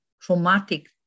traumatic